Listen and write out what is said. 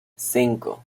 cinco